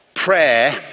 Prayer